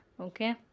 Okay